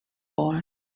boy